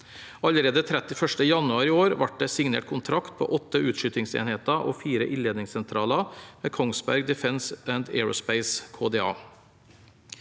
Allerede 31. januar i år ble det signert kontrakt på åtte utskytingsenheter og fire ildledningssentraler med Kongsberg Defence & Aerospace,